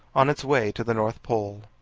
on its way to the north pole.